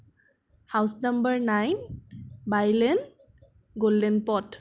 house number nine bylane golden পথ